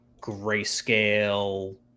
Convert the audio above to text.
grayscale